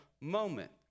moment